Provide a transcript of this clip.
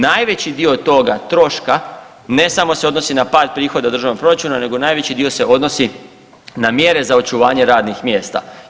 Najveći dio toga troška ne samo se odnosi na pad prihoda državnog proračuna, nego najveći dio se odnosi na mjere za očuvanje radnih mjesta.